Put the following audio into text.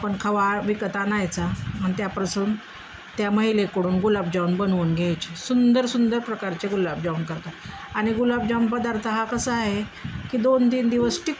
आपण खवा विकत आणायचा पण त्यापासून त्या महिलेकडून गुलाबजामन बनवून घ्यायचे सुंदर सुंदर प्रकारचे गुलाबजामन करतात आणि गुलाबजामन पदार्थ हा कसा आहे की दोन तीन दिवस टिकतो